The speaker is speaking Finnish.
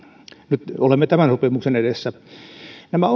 nyt olemme tämän sopimuksen edessä nämä